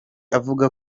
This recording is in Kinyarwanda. avuga